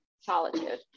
solitude